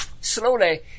slowly